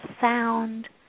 sound